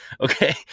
okay